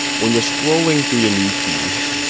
when you're scrolling through your news feed,